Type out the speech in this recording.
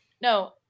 no